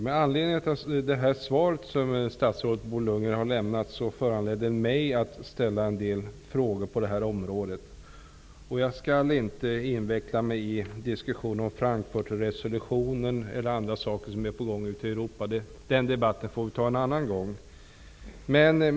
Fru talman! Statsrådet Bo Lundgrens svar föranleder mig att ställa en del frågor. Jag skall inte inveckla mig i diskussioner om Frankfurtresolutionen och annat som är på gång ute i Europa. Den diskussionen får vi ta en annan gång.